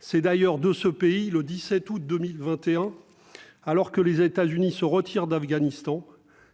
c'est d'ailleurs de ce pays le 17 août 2021 alors que les États-Unis se retirent d'Afghanistan